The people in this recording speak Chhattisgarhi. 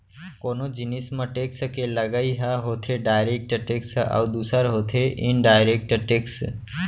कोनो जिनिस म टेक्स के लगई ह होथे डायरेक्ट टेक्स अउ दूसर होथे इनडायरेक्ट टेक्स